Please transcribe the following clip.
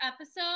episode